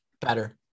better